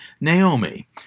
Naomi